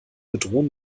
bedrohen